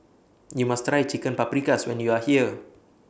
YOU must Try Chicken Paprikas when YOU Are here